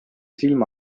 silma